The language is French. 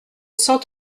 cent